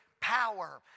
power